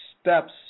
steps